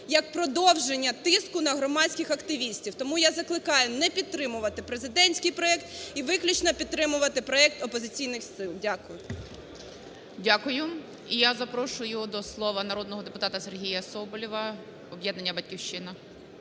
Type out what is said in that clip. як продовження тиску на громадських активістів. Тому я закликаю не підтримувати президентський проект і виключно підтримувати проект опозиційних сил. Дякую. ГОЛОВУЮЧИЙ. Дякую. І я запрошую до слова народного депутата Сергія Соболєва, "Об'єднання "Батьківщина".